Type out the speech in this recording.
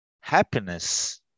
happiness